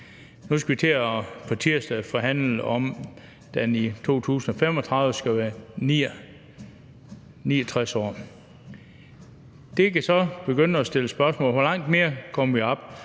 tirsdag til at forhandle, om den i 2035 skal være 69 år – kan man begynde at stille spørgsmål om, hvor meget højere vi kommer op.